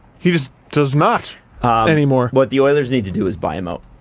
he just does not anymore. what the oilers need to do is buy him out.